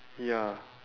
ya